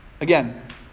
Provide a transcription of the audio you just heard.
again